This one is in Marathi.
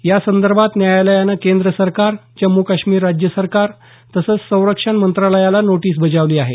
यासंदर्भात न्यायालयानं केंद्र सरकार जम्मू काश्मीर राज्य सरकार तसंच संरक्षण मंत्रालयाला नोटीस बजावली आहे